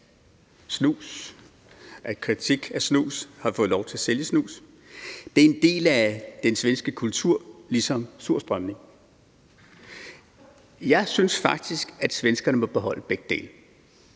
snus og kritik af snus og har fået lov til at sælge snus. Det er en del af den svenske kultur ligesom surstrømning, og jeg synes faktisk, at svenskerne må beholde begge dele.